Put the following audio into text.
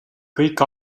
kõik